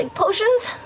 and potions?